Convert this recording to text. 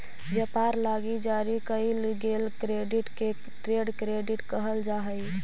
व्यापार लगी जारी कईल गेल क्रेडिट के ट्रेड क्रेडिट कहल जा हई